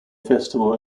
festival